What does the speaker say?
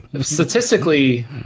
statistically